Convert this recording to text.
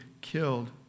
killed